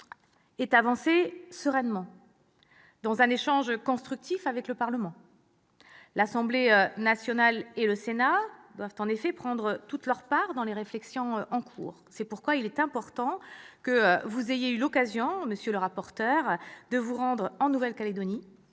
ait avancé sereinement, dans un échange constructif avec le Parlement. L'Assemblée nationale et le Sénat doivent en effet prendre toute leur part dans les réflexions en cours. C'est pourquoi il est important que vous ayez eu l'occasion, monsieur le rapporteur, de vous rendre en Nouvelle-Calédonie.